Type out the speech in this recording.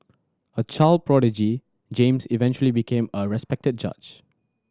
a child prodigy James eventually became a respected judge